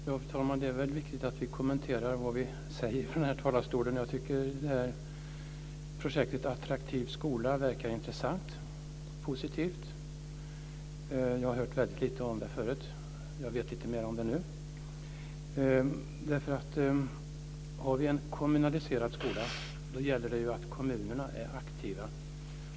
Fru talman! Det är väl viktigt att vi kommenterar det som sägs från talarstolen. Jag tycker att projektet Attraktiv skola verkar intressant och positivt. Jag har hört väldigt lite om det förut. Jag vet lite mer om det nu. Har vi en kommunaliserad skola gäller det ju att kommunerna är aktiva.